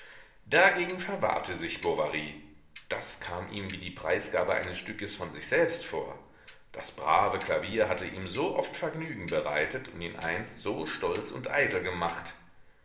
dagegen verwahrte sich bovary das kam ihm wie die preisgabe eines stückes von sich selbst vor das brave klavier hatte ihm so oft vergnügen bereitet und ihn einst so stolz und eitel gemacht